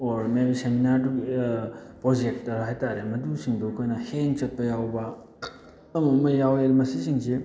or ꯃꯦꯕꯤ ꯁꯦꯃꯤꯅꯥꯔꯗꯨꯒꯤ projector ꯍꯥꯏꯇꯥꯔꯦ ꯃꯗꯨꯁꯤꯡꯗꯨ ꯑꯩꯈꯣꯏꯅ ꯍꯦꯡ ꯆꯠꯄ ꯌꯥꯎꯕ ꯑꯃ ꯑꯃ ꯌꯥꯎꯌꯦ ꯃꯁꯤꯁꯤꯡꯁꯤ